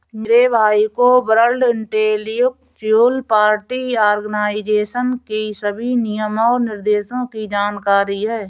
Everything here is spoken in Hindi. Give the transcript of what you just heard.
मेरे भाई को वर्ल्ड इंटेलेक्चुअल प्रॉपर्टी आर्गेनाईजेशन की सभी नियम और निर्देशों की जानकारी है